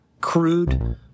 crude